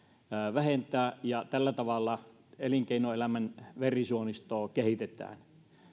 vähentää ja tällä tavalla elinkeinoelämän verisuonistoa kehitetään